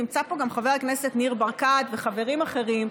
נמצא פה גם חבר הכנסת ניר ברקת וחברים אחרים.